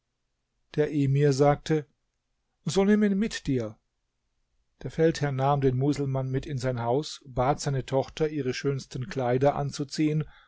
der emir sagte so nimm ihn mit dir der feldherr nahm den muselmann mit in sein haus bat seine tochter ihre schönsten kleider anzuziehen